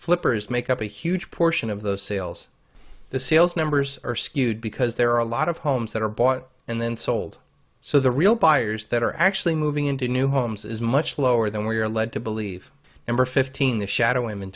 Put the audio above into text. flippers make up a huge portion of those sales the sales numbers are skewed because there are a lot of homes that are bought and then sold so the real buyers that are actually moving into new homes is much lower than we were led to believe and were fifteen the shadow